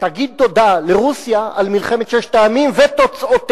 תגיד תודה לרוסיה על מלחמת ששת הימים ותוצאותיה,